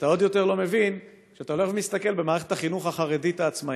ואתה עוד יותר לא מבין כשאתה הולך ומסתכל במערכת החינוך החרדית העצמאית: